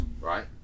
Right